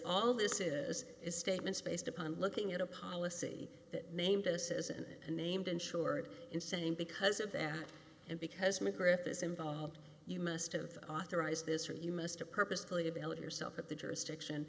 all this is is statements based upon looking at a policy that named this is an unnamed insured insane because of that and because mcgriff is involved you must have authorized this or you missed it purposely ability yourself at the jurisdiction